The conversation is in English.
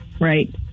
right